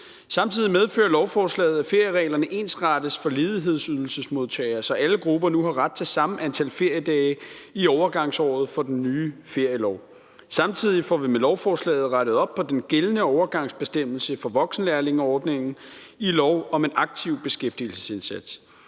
medfører samtidig, at feriereglerne ensrettes for ledighedsydelsesmodtagere, så alle grupper nu har ret til samme antal feriedage i overgangsåret for den nye ferielov. Samtidig får vi også med lovforslaget rettet op på den gældende overgangsbestemmelse for voksenlærlingeordningen i lov om en aktiv beskæftigelsesindsats.